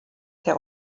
der